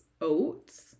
oats